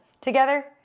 together